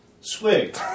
Swig